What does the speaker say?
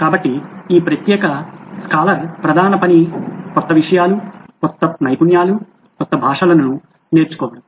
కాబట్టి ఈ ప్రత్యేక పండితుడి ప్రధాన పని క్రొత్త విషయాలు కొత్త నైపుణ్యాలు కొత్త భాషలను నేర్చుకోవడం